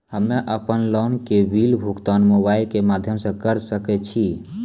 हम्मे अपन लोन के बिल भुगतान मोबाइल के माध्यम से करऽ सके छी?